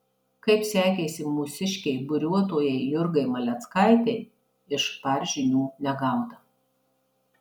kaip sekėsi mūsiškei buriuotojai jurgai maleckaitei iš par žinių negauta